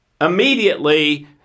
immediately